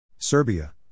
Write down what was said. Serbia